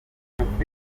umwana